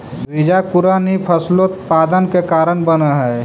बीजांकुरण ही फसलोत्पादन के कारण बनऽ हइ